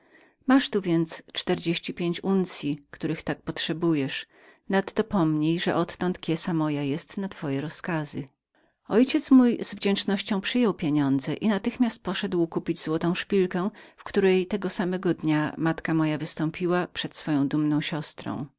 oto są więc czterdzieści pięć uncyi których tak potrzebujesz nadto pomnij że odtąd kiesa moja jest na twoje rozkazy ojciec mój z wdzięcznością przyjął pieniądze i natychmiast poszedł kupić złotą szpilkę w której tego samego dnia matka moja wystąpiła przed swoją dumną siostrą